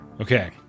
Okay